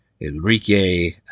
Enrique